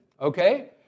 okay